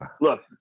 Look